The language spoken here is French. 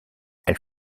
elle